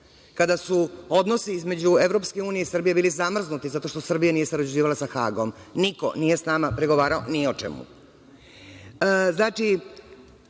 kada su odnosi između EU i Srbije bili zamrznuti zato što Srbija nije sarađivala sa Hagom. Niko nije sa nama pregovarao ni o čemu.